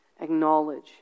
acknowledge